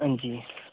हंजी